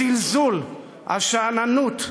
הזלזול, השאננות,